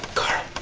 carl,